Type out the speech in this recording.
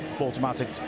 Automatic